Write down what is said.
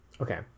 Okay